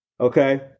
okay